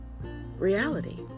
reality